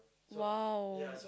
!wow!